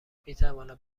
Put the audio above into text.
میتواند